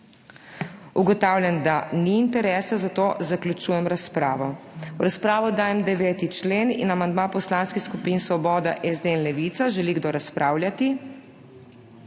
Ugotavljam, da ni interesa, zato zaključujem razpravo. V razpravo dajem 9. člen in amandma poslanskih skupin Svoboda, SD in Levica. Želi kdo razpravljati?